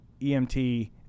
EMT